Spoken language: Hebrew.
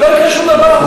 ולא יקרה שום דבר.